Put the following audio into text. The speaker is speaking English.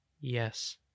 Yes